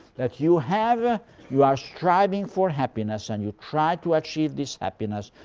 that you have ah you are striving for happiness, and you try to achieve this happiness,